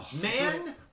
Man